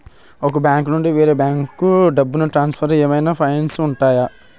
ఒక బ్యాంకు నుండి వేరే బ్యాంకుకు డబ్బును ట్రాన్సఫర్ ఏవైనా ఫైన్స్ ఉంటాయా?